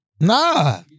Nah